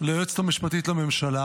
ליועצת המשפטית לממשלה,